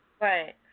Right